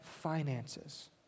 finances